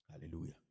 Hallelujah